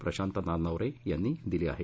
प्रशांत नारनवरे यांनी दिली आहे